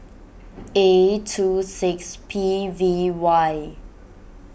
A two six P V Y